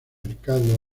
mercado